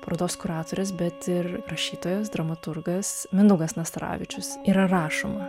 parodos kuratorės bet ir rašytojas dramaturgas mindaugas nastaravičius yra rašoma